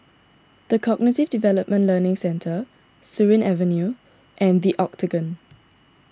the Cognitive Development Learning Centre Surin Avenue and the Octagon